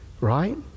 right